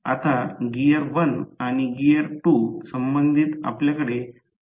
परंतु रोटर येथे नाही प्रवाहासह रोटर स्वतंत्रपणे फिरतो आहे